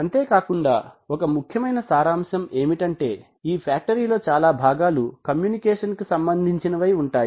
అంతేకాకుండా ఒక ముఖ్యమైన సారాంశం ఏమిటంటే ఈ ఫ్యాక్టరీ లో చాలా భాగాలు కమ్యూనికేషన్ సంబంధించినవై ఉంటాయి